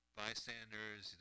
bystanders